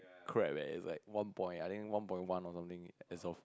crap leh is like one point I think one point one or something